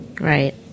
Right